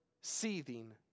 seething